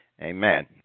Amen